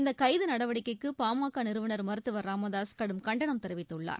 இந்த கைது நடவடிக்கைக்கு பாமக நிறுவனர் மருத்துவர் ச ராமதாசு கடும் கண்டனம் தெரிவித்துள்ளார்